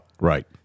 Right